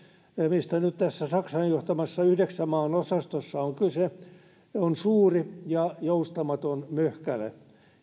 mistä nyt tässä saksan johtamassa yhdeksän maan osastossa on kyse on suuri ja joustamaton möhkäle